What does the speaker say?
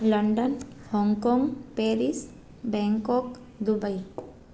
Paris Hong Kong Paris Paris Dubai